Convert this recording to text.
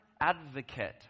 advocate